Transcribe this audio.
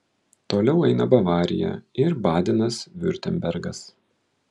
toliau eina bavarija ir badenas viurtembergas